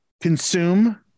consume